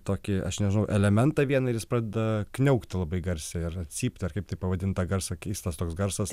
tokį aš nežinau elementą vieną ir jis pradeda kniaukti labai garsiai ir cypt ar kaip taip pavadint tą garsą keistas toks garsas